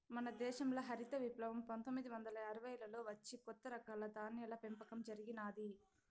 మన దేశంల హరిత విప్లవం పందొమ్మిది వందల అరవైలలో వచ్చి కొత్త రకాల ధాన్యాల పెంపకం జరిగినాది